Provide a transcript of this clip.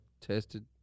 tested